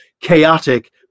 chaotic